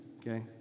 okay